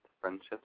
friendships